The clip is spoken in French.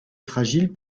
fragiles